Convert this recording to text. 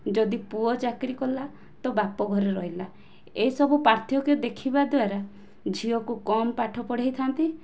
ଯଦି ପୁଅ ଚାକିରୀ କଲା ତ ବାପ ଘରେ ରହିଲା ଏସବୁ ପାର୍ଥକ ଦେଖିବା ଦ୍ୱାରା ଝିଅକୁ କମ ପାଠ ପଢ଼ାଇଥାନ୍ତି